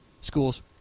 schools